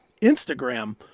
Instagram